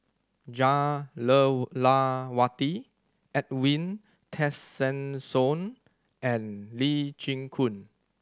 Jah Lelawati Edwin Tessensohn and Lee Chin Koon